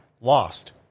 lost